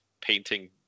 painting